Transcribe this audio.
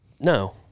No